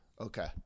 Okay